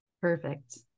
perfect